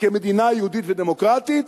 כמדינה יהודית ודמוקרטית,